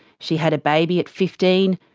she had a baby at fifteen,